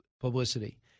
publicity